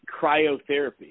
cryotherapy